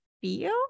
feel